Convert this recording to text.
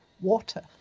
water